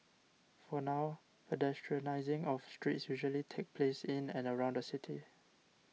for now pedestrianising of streets usually takes place in and around the city